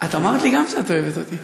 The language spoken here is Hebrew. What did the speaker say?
את אמרת לי גם שאת אוהבת אותי.